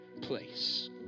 place